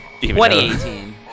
2018